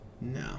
No